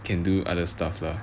can do other stuff lah